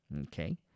Okay